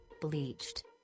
bleached